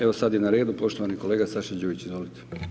Evo, sad je na redu poštovani kolega Saša Đujić, izvolite.